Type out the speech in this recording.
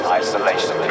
isolation